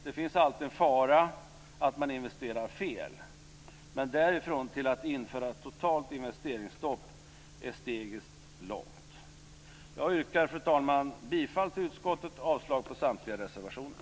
Det finns alltid en fara att man investerar fel. Men därifrån till att införa ett totalt investeringsstopp är steget långt. Fru talman! Jag yrkar bifall till utskottets hemställan och avslag på samtliga reservationer.